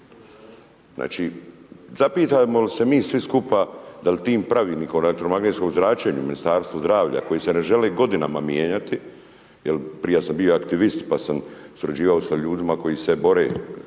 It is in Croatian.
Zapitamo li se mi svi skupa dal tim pravilnikom o elektromagnetskom zračenju u Ministarstvu zdravlja koji se ne žele godinama mijenjati, jel prije sam bio aktivist pa sam surađivao sa ljudima koji se bore